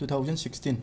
two thousand sixteen